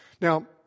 Now